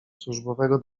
służbowego